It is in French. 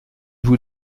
vous